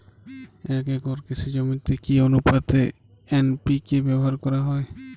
এক একর কৃষি জমিতে কি আনুপাতে এন.পি.কে ব্যবহার করা হয়?